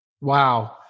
Wow